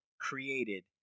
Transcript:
created